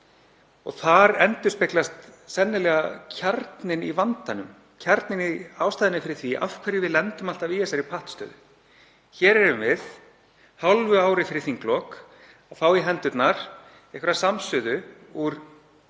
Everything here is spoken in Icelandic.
Þar endurspeglast sennilega kjarninn í vandanum, kjarninn í ástæðunni fyrir því af hverju við lendum alltaf í þessari pattstöðu. Hér erum við, hálfu ári fyrir þinglok, að fá í hendurnar einhverja samsuðu úr